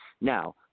Now